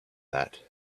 that